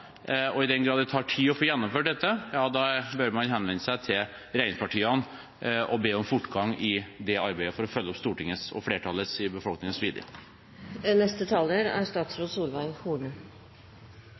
og i den grad det tar tid å få gjennomført dette, bør man henvende seg til regjeringspartiene og be om fortgang i det arbeidet for å følge opp Stortingets – og flertallet i befolkningens – vilje.